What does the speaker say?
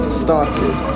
started